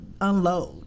unload